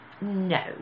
No